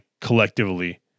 collectively